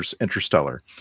interstellar